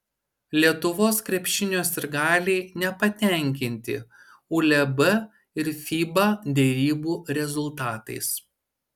lietuvos krepšinio sirgaliai nepatenkinti uleb ir fiba derybų rezultatais